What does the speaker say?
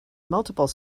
multiple